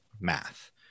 math